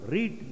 Read